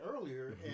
earlier